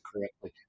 correctly